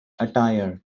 attire